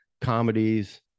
comedies